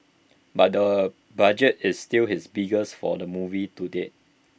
but the budget is still his biggest for A movie to date